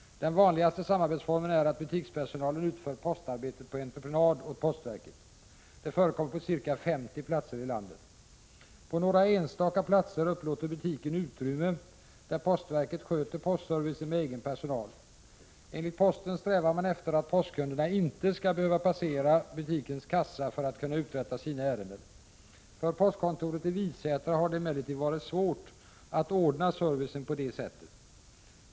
Den vanligaste samarbetsformen är att butikspersonalen utför postarbetet på entreprenad åt postverket. Det förekommer på ca 50 platser i landet. På några enstaka platser upplåter butiken utrymme där postverket sköter postservicen med egen personal. Enligt posten strävar man efter att postkunderna inte skall behöva passera butikens kassa för att kunna uträtta sina ärenden. För postkontoret i Visätra har det emellertid varit svårt att ordna servicen på det sättet.